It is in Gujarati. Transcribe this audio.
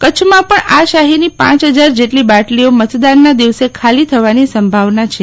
કરછમાં પણે આ શાફીની પાચ ફજાર જેટલી બાટલીઓ મતદાનના દિવસે ખાલી થવાની સંભાવના છે